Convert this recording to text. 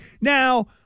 Now